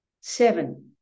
seven